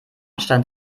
stand